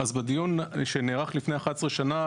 אז בדיון שנערך לפני 11 שנה,